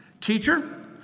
teacher